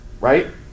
right